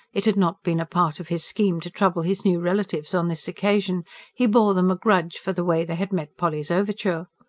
it had not been part of his scheme to trouble his new relatives on this occasion he bore them a grudge for the way they had met polly's overture.